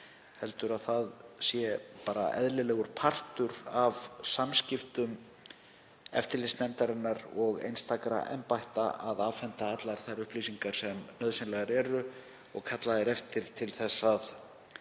heldur að það sé bara eðlilegur partur af samskiptum eftirlitsnefndarinnar og einstakra embætta að afhenda allar þær upplýsingar sem nauðsynlegar eru og kallað er eftir til að